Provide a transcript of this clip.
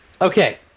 Okay